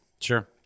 Sure